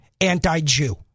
anti-Jew